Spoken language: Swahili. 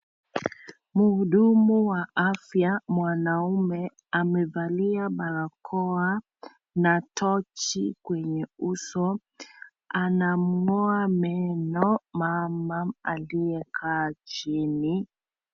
Mhudumu wa afya, mwanaume, amevalia barakoa na tochi kwenye uso. Anamngoa meno mama aliyekaa chini.